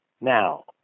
Now